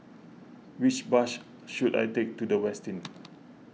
which bus should I take to the Westin